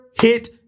hit